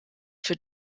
für